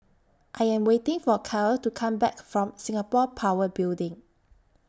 I Am waiting For Kaia to Come Back from Singapore Power Building